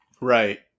Right